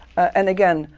and again,